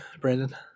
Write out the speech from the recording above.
Brandon